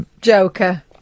joker